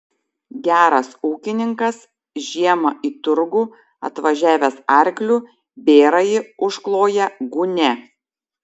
geras ūkininkas žiemą į turgų atvažiavęs arkliu bėrąjį užkloja gūnia